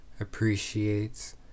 appreciates